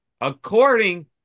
according